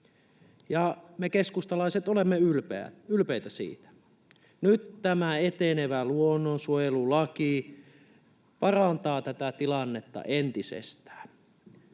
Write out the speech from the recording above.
me keskustalaiset olemme ylpeitä siitä. Nyt tämä etenevä luonnonsuojelulaki parantaa tätä tilannetta entisestään.